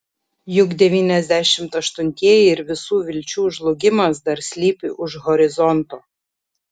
juk devyniasdešimt aštuntieji ir visų vilčių žlugimas dar slypi už horizonto